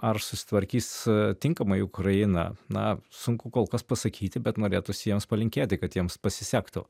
ar susitvarkys tinkamai ukraina na sunku kol kas pasakyti bet norėtųsi jiems palinkėti kad jiems pasisektų